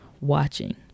watching